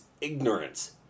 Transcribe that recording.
ignorance